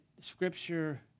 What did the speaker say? scripture